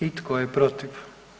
I tko je protiv?